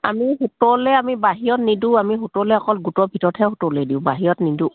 আমি সুতলৈ আমি বাহিৰত নিদোঁ আমি সুতলৈ অকল গোটৰ ভিতৰতহে সুতলৈ দিওঁ বাহিৰত নিদোঁ